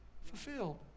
fulfilled